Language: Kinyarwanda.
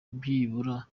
byibura